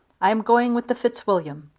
i am going with the fitzwilliam.